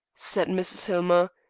said mrs. hillmer,